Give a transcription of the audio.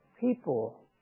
people